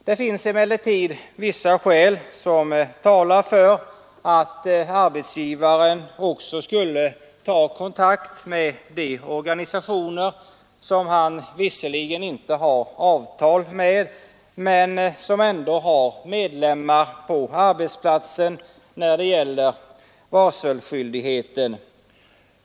Det finns emellertid vissa skäl som talar för att arbetsgivaren när det gäller varselskyldigheten också skulle ta kontakt med de organisationer som han visserligen inte har avtal med men som ändå har medlemmar på arbetsplatsen.